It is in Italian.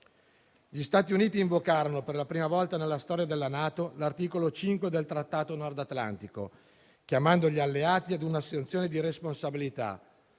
Gli Stati Uniti invocarono, per la prima volta nella storia della NATO, l'articolo 5 del Trattato Nord Atlantico, chiamando gli alleati ad un'assunzione di responsabilità,